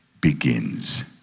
begins